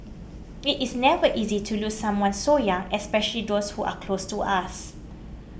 it is never easy to lose someone so young especially those who are close to us